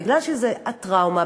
בגלל הטראומה,